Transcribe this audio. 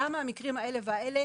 למה המקרים האלה והאלה,